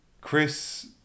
Chris